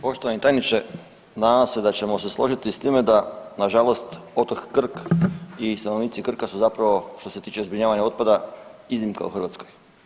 Poštovani tajniče, nadam se da ćemo se složiti sa time da na žalost otok Krk i stanovnici Krka su zapravo što se tiče zbrinjavanja otpada iznimka u Hrvatskoj.